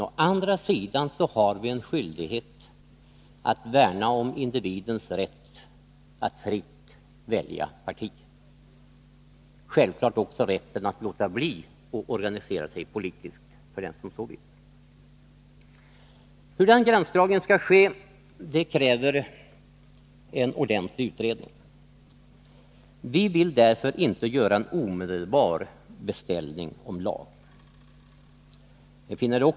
Å andra sidan har vi en skyldighet att värna om individens rätt att fritt välja parti, självklart också rätten att låta bli att organisera sig politiskt, för den som så vill. Hur den gränsdragningen skall ske kräver en utredning. Vi vill därför inte göra en omedelbar beställning om lag.